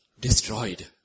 destroyed